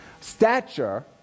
Stature